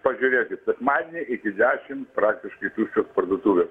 pažiūrėkit sekmadienį iki dešim praktiškai tuščios parduotuvės